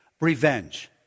revenge